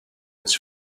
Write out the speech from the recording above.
his